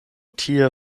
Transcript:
tie